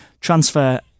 transfer